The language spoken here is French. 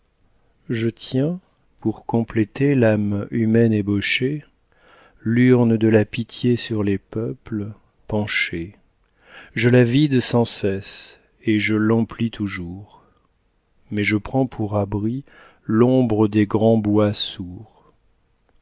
je tiens pour compléter l'âme humaine ébauchée l'urne de la pitié sur les peuples penchée je la vide sans cesse et je l'emplis toujours mais je prends pour abri l'ombre des grands bois sourds